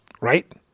Right